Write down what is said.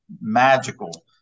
magical